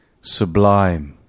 sublime